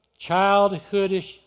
childhoodish